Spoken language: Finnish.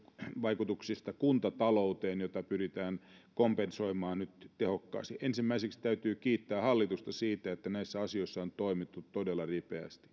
vaikutuksia kuntatalouteen jota pyritään nyt kompensoimaan tehokkaasti ensimmäiseksi täytyy kiittää hallitusta siitä että näissä asioissa on toimittu todella ripeästi